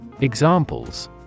Examples